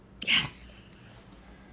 Yes